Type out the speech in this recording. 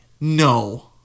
No